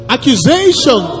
Accusation